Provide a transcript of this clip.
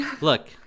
Look